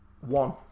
One